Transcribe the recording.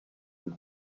with